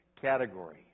category